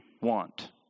want